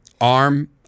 arm